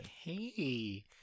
Hey